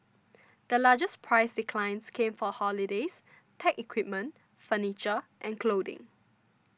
the largest price declines came for holidays tech equipment furniture and clothing